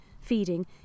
feeding